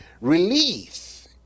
relief